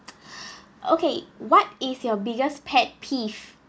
okay what is your biggest pet peeve